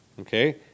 okay